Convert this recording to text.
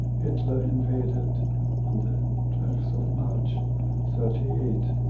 hitler invaded on the twelfth of march thirty eight.